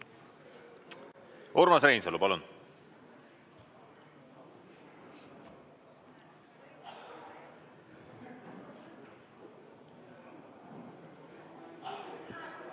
Urmas Reinsalu, palun!